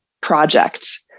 project